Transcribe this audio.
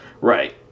Right